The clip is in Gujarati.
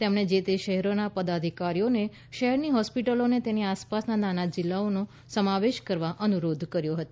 તેમણે જે તે શહેરોના પદાધિકારીઓને શહેરની હોસ્પિટલોને તેની આસપાસના નાના જીલ્લાઓમાં સમાવેશ કરવા અનુરોધ કર્યો હતો